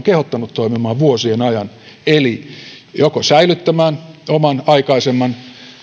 kehottanut toimimaan vuosien ajan joko säilyttämään oman aikaisemman